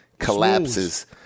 collapses